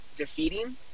defeating